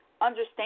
understand